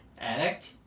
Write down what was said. Addict